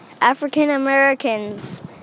African-Americans